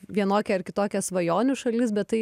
vienokia ar kitokia svajonių šalis bet tai